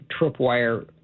tripwire